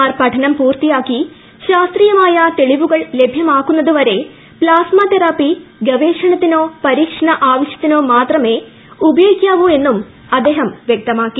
R പഠനം പൂർത്തിയാക്കി ശാസ്ത്രീയമായ തെളിവുകൾ ലഭ്യമാക്കുന്നതുവരെ പ്ലാസ്മ തെറാപ്പി ഗവേഷണത്തിനോ പരീക്ഷണ ആവശ്യത്തിനോ മാത്രമേ ഉപയോഗിക്കാവു എന്നും അദ്ദേഹം വ്യക്തമാക്കി